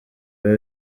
biba